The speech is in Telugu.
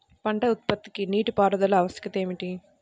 పంట ఉత్పత్తికి నీటిపారుదల ఆవశ్యకత ఏమిటీ?